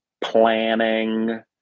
planning